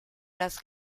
las